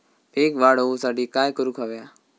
पीक वाढ होऊसाठी काय करूक हव्या?